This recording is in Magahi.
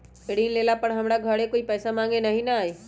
ऋण लेला पर हमरा घरे कोई पैसा मांगे नहीं न आई?